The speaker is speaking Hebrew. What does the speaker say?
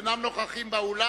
הם אינם נוכחים באולם.